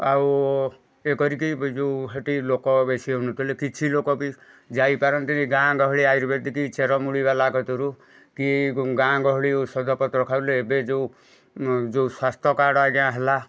ଆଉ ଇଏ କରିକି ଏ ଯୋଉ ସେଟି ଲୋକ ବେଶୀ ହେଉ ନଥିଲେ କିଛି ଲୋକ ବି ଯାଇପାରନ୍ତିନି ଗାଁ ଗହଳି ଆୟୁର୍ବେଦିକ ଚେରମୂଳି ଵାଲା କତୁରୁ କି ଗାଁ ଗହଳି ଔଷଧପ୍ରତ୍ର ଖାଇଲେ ଏବେ ଯେଉଁ ଯେଉଁ ସ୍ୱାସ୍ଥ୍ୟ କାର୍ଡ଼ ଆଜ୍ଞା ହେଲା